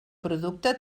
producte